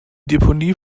deponie